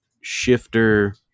shifter